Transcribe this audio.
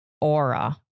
aura